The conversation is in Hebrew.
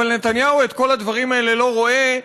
אבל נתניהו את כל הדברים האלה לא רואה,